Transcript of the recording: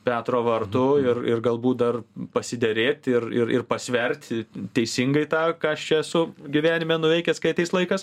petro vartų ir ir galbūt dar pasiderėt ir ir pasverti teisingai tą ką aš čia esu gyvenime nuveikęs kai ateis laikas